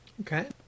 Okay